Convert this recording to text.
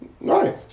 Right